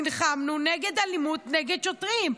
נלחמנו נגד אלימות שוטרים,